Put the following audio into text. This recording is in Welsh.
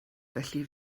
felly